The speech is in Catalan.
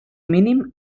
mínim